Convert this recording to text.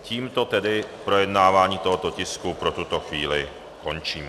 Tímto tedy projednávání tohoto tisku pro tuto chvíli končím.